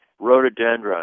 rhododendron